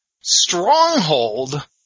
Stronghold